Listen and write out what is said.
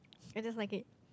I don't like it